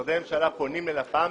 משרדי הממשלה פונים אליה בבקשה.